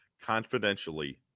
confidentially